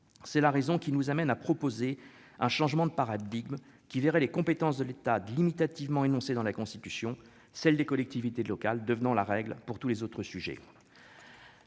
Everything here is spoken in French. C'est la raison qui nous conduit à proposer un changement de paradigme, qui verrait les compétences de l'État limitativement énoncées dans la Constitution, celles des collectivités locales devenant la règle pour tous les autres sujets.